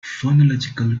phonological